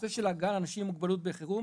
את הנושא של הגעה לאנשים עם מוגבלות בחירום,